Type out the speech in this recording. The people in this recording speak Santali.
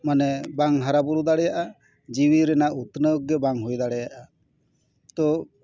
ᱢᱟᱱᱮ ᱵᱟᱝ ᱦᱟᱨᱟ ᱵᱩᱨᱩ ᱫᱟᱲᱮᱭᱟᱜᱼᱟ ᱡᱤᱣᱤ ᱨᱮᱭᱟᱜ ᱩᱛᱱᱟᱹᱣ ᱜᱮ ᱵᱟᱝ ᱦᱩᱭ ᱫᱟᱲᱮᱭᱟᱜᱼᱟ ᱛᱚ